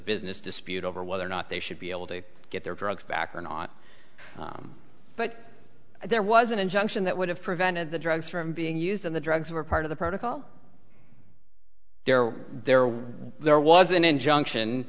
business dispute over whether or not they should be able to get their drugs back or not but there was an injunction that would have prevented the drugs from being used in the drugs were part of the protocol there there was there was an injunction